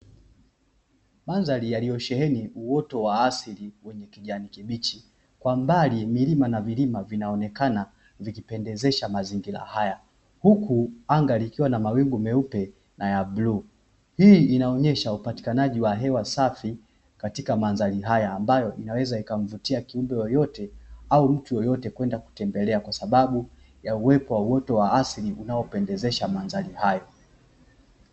Mandhari yaliyosheheni uoto wa asili wenye kijani kibichi. Kwa mbali milima na vilima vinaonekana vikipendezesha mazingira haya, huku anga likiwa na mawingu meupe na ya bluu. Hii inaonesha upatikanaji wa hewa safi katika mandhari haya ambayo inaweza ikamvutia kiumbe yeyote au mtu yeyote kwenda kutembelea kwasababu ya uwepo wa uoto wa asili unaopendezesha mandhari hayo.